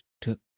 took